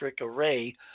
array